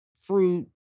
fruit